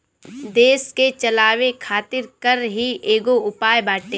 देस के चलावे खातिर कर ही एगो उपाय बाटे